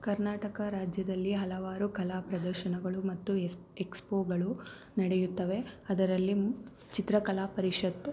ಕರ್ನಾಟಕ ರಾಜ್ಯದಲ್ಲಿ ಹಲವಾರು ಕಲಾಪ್ರದರ್ಶನಗಳು ಮತ್ತು ಎಕ್ಸ್ಪೋಗಳು ನಡೆಯುತ್ತವೆ ಅದರಲ್ಲಿ ಚಿತ್ರಕಲಾ ಪರಿಷತ್ತು